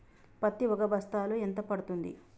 పత్తి ఒక బస్తాలో ఎంత పడ్తుంది?